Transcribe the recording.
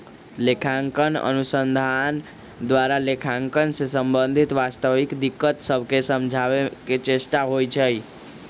लेखांकन अनुसंधान द्वारा लेखांकन से संबंधित वास्तविक दिक्कत सभके समझाबे के चेष्टा होइ छइ